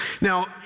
now